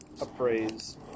appraise